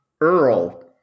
Earl